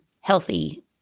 healthy